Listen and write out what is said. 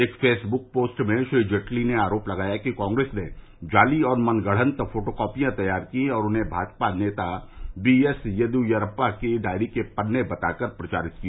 एक Facebook post में श्री जेटली ने आरोप लगाया कि कांग्रेस ने जाली और मनगढ़ंत फोटो कॉपिया तैयार की और उन्हें भाजपा नेता बी एस येदियुरप्पा की डायरी के पन्ने बताकर प्रचारित किया